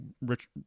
rich